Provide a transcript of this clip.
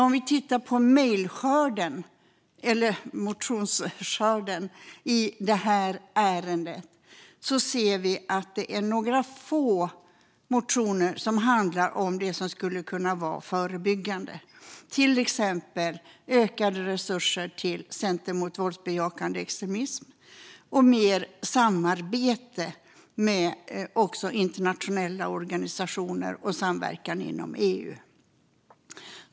Om vi tittar på motionsskörden i detta ärende ser vi att det är några få motioner som handlar om det som skulle kunna vara förebyggande, till exempel ökade resurser till Center mot våldsbejakande extremism, mer samarbete med internationella organisationer och samverkan inom EU.